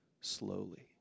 slowly